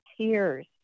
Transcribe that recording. tears